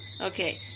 Okay